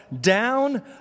down